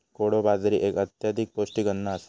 कोडो बाजरी एक अत्यधिक पौष्टिक अन्न आसा